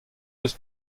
eus